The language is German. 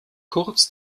kurz